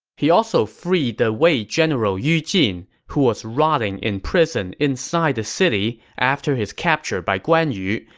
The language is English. he also freed the wei general yu jin, who was rotting in prison inside the city after his capture by guan yu,